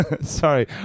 Sorry